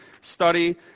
study